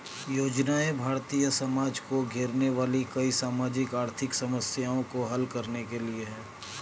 योजनाएं भारतीय समाज को घेरने वाली कई सामाजिक आर्थिक समस्याओं को हल करने के लिए है